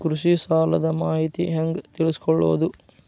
ಕೃಷಿ ಸಾಲದ ಮಾಹಿತಿ ಹೆಂಗ್ ತಿಳ್ಕೊಳ್ಳೋದು?